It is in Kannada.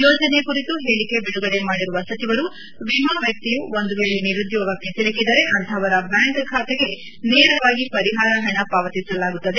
ಯೋಜನೆ ಕುರಿತು ಹೇಳಿಕೆ ಬಿಡುಗಡೆ ಮಾಡಿರುವ ಸಚಿವರು ವಿಮಾ ವ್ಯಕ್ತಿಯು ಒಂದು ವೇಳೆ ನಿರುದ್ಯೋಗಕ್ಕೆ ಸಿಲುಕಿದರೆ ಅಂಥವರ ಬ್ಯಾಂಕ್ ಖಾತೆಗೆ ನೇರವಾಗಿ ಪರಿಹಾರ ಹಣ ಪಾವತಿಸಲಾಗತ್ತದೆ